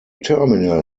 terminal